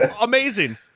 amazing